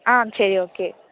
ஆ சரி ஓகே